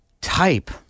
type